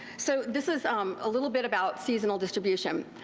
so this is um a little bit about seasonal distribution.